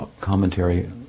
commentary